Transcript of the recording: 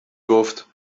گفت